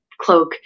cloak